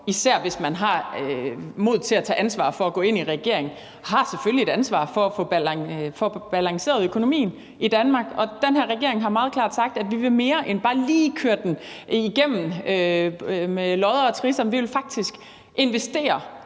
især hvis man har mod til at tage ansvar ved at gå ind i en regering, selvfølgelig har et ansvar for at få balanceret økonomien i Danmark. Den her regering har meget klart sagt, at vi vil mere end bare lige køre den igennem med lodder og trisser; vi vil faktisk investere